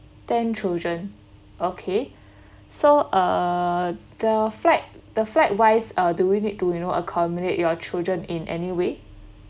ten children okay so uh the flight the flight wise or do we need to you know accommodate your children in any way